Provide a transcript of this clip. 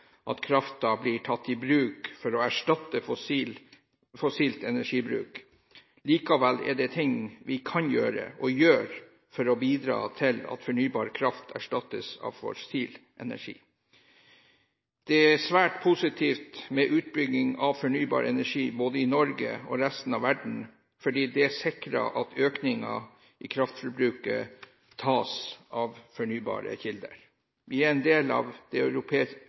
at kraften blir tatt i bruk for å erstatte fossil energibruk. Likevel er det ting vi kan gjøre – og gjør – for å bidra til at fornybar kraft erstattes av fossil energi. Det er svært positivt med utbygging av fornybar energi både i Norge og i resten av verden fordi det sikrer at økningen i kraftforbruket tas av fornybare kilder. Vi er en del av det